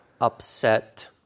upset